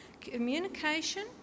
communication